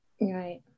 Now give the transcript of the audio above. Right